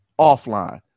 offline